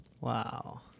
Wow